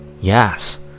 Yes